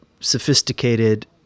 sophisticated